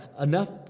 enough